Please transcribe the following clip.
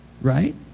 right